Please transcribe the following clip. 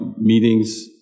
meetings